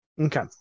Okay